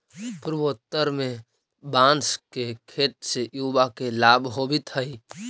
पूर्वोत्तर में बाँस के खेत से युवा के लाभ होवित हइ